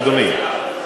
אדוני,